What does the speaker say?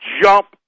jump